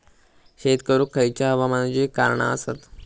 शेत करुक खयच्या हवामानाची कारणा आसत?